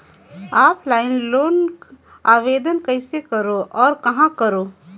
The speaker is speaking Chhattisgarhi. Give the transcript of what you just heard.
ऑफलाइन लोन आवेदन कइसे करो और कहाँ करो?